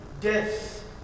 death